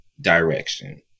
Direction